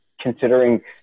considering